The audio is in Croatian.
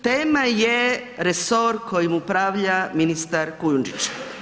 Tema je resor kojim upravlja ministar Kujundžić.